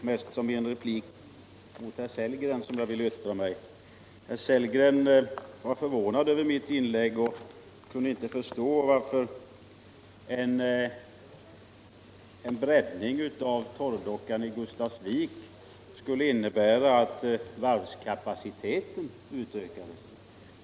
Herr talman! Jag vill i första hand ge en replik till herr Sellgren. Han var förvånad över mitt inlägg och kunde inte förstå varför en breddning av torrdockan i Gustafsvik skulle innebära att varvskapaciteten utökas.